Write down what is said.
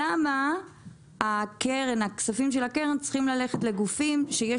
למה כספי הקרן צריכים ללכת לגופים שיש